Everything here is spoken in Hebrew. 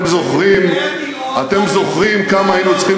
במחירים שמעלים את מחירי